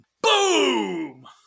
Boom